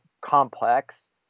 complex